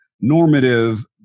normative